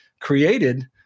created